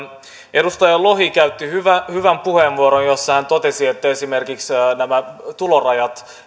edustaja lohi käytti hyvän puheenvuoron jossa hän totesi että esimerkiksi nämä tulorajat